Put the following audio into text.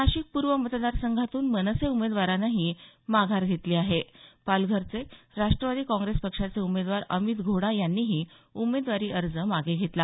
नाशिक पूर्व मतदार संघातून मनसे उमेदवारानंही माघार घेतली आहे पालघरचे राष्ट्रवादी काँग्रेस पक्षाचे उमेदवार अमित घोडा यांनीही उमेदवारी अर्ज मागे घेतला